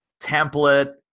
template